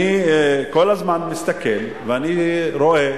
אני כל הזמן מסתכל ואני רואה